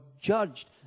judged